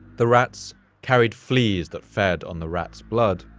the rats carried fleas that fed on the rat's blood,